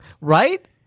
Right